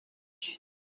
کشید